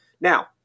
Now